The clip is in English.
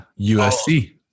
USC